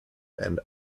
and